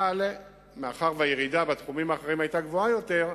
אבל מאחר שהירידה בתחומים האחרים היתה גדולה יותר,